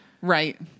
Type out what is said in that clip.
Right